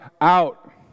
out